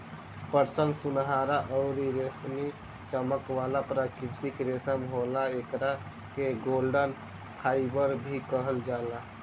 पटसन सुनहरा अउरी रेशमी चमक वाला प्राकृतिक रेशा होला, एकरा के गोल्डन फाइबर भी कहल जाला